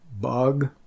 bug